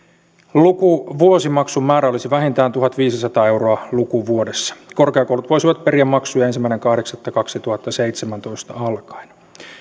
lukuvuosimaksun määrä olisi vähintään tuhatviisisataa euroa lukuvuodessa korkeakoulut voisivat periä maksuja ensimmäinen kahdeksatta kaksituhattaseitsemäntoista alkaen